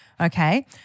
Okay